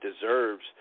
deserves